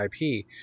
ip